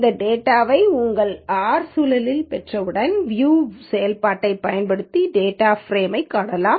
இந்தத் டேட்டாவை உங்கள் ஆர் சூழலில் பெற்றவுடன் வியூ செயல்பாட்டைப் பயன்படுத்தி டேட்டா ப்ரேமை க் காணலாம்